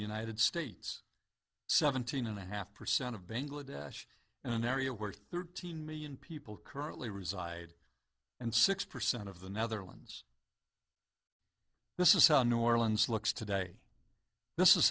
the united states seventeen and a half percent of bangladesh an area where thirteen million people currently reside and six percent of the netherlands this is a new orleans looks today this is